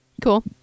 cool